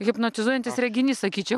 hipnotizuojantis reginys sakyčiau